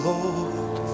Lord